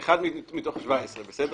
אבל הוא אחד מתוך 17, בסדר?